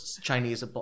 Chinese